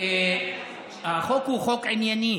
החוק הוא חוק ענייני.